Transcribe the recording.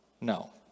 No